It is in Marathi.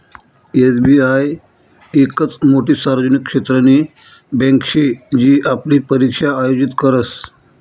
एस.बी.आय येकच मोठी सार्वजनिक क्षेत्रनी बँके शे जी आपली परीक्षा आयोजित करस